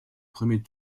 premier